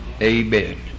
Amen